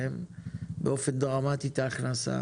אז אנחנו גם לא יכולים להגדיל להם באופן דרמטי את ההכנסה,